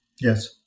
yes